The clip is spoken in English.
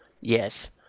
Yes